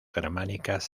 germánicas